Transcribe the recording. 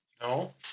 No